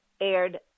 aired